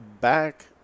back